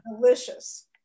delicious